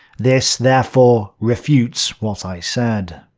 this therefore refutes what i said.